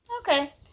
okay